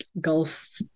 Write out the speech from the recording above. Gulf